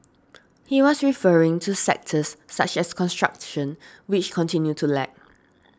he was referring to sectors such as construction which continued to lag